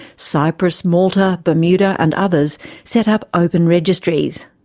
cyprus, malta, bermuda and others set up open registries.